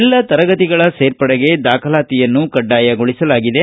ಎಲ್ಲ ತರಗತಿಗಳ ಸೇರ್ಪಡೆಗೆ ದಾಖಲಾತಿಯನ್ನು ಕಡ್ಡಾಯಗೊಳಿಸಲಾಗಿದೆ